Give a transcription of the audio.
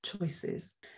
choices